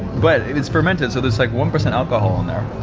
but it's fermented so there's like one percent alcohol in there.